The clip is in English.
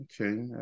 Okay